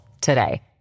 today